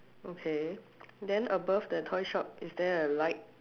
okay then above the toy shop is there a light